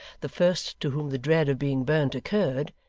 the first to whom the dread of being burnt occurred,